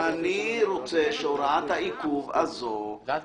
אני רוצה שהוראת העיכוב הזאת --- אם